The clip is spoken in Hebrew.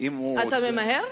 אתה ממהר?